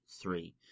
three